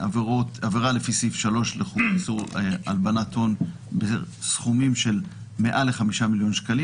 עבירה לפי סעיף 3 לחוק איסור הלבנת הון בסכומים של מעל ל-5 מיליון שקלים